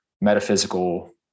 metaphysical